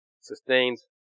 sustains